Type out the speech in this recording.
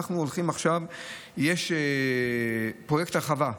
אנחנו הולכים עכשיו לפרויקט הרחבה,